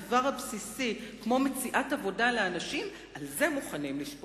הפרטת הדבר הבסיסי שהוא מציאת עבודה לאנשים,